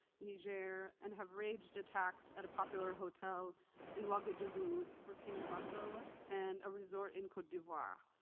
niger, and have raged attacks at a popular hotel in ouagadougou, burkina faso, and a resort in cote d'ivoire.